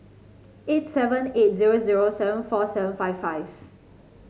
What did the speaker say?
eight seven eight zero zero seven four seven five five